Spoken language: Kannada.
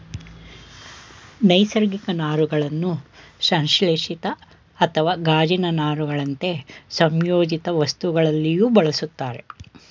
ನೈಸರ್ಗಿಕ ನಾರುಗಳನ್ನು ಸಂಶ್ಲೇಷಿತ ಅಥವಾ ಗಾಜಿನ ನಾರುಗಳಂತೆ ಸಂಯೋಜಿತವಸ್ತುಗಳಲ್ಲಿಯೂ ಬಳುಸ್ತರೆ